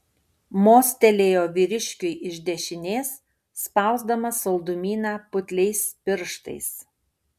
mostelėjo vyriškiui iš dešinės spausdamas saldumyną putliais pirštais